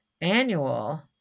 Annual